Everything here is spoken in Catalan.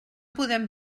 podem